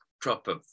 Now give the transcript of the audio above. proper